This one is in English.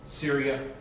Syria